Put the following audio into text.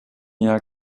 jahr